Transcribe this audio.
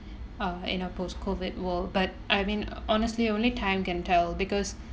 uh in a post-COVID world but I mean honestly only time can tell because